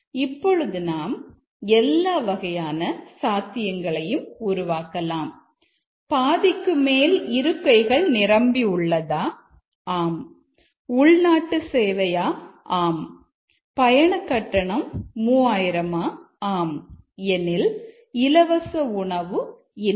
இப்பொழுது நாம் எல்லாவகையான சாத்தியங்களையும் உருவாக்கலாம் பாதிக்குமேல் இருக்கைகள் நிரம்பி உள்ளதா ஆம் உள்நாட்டு சேவையா ஆம் பயணக்கட்டணம் 3000 ஆம் எனில் இலவச உணவு இல்லை